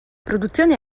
produzione